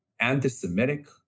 anti-Semitic